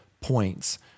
points